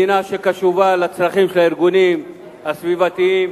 מדינה שקשובה לצרכים של הארגונים הסביבתיים,